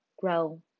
Grow